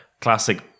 classic